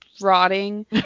rotting